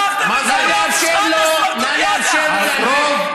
אין לך גבול.